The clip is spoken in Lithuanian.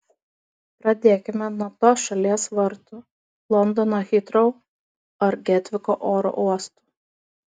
pradėkime nuo tos šalies vartų londono hitrou ar getviko oro uostų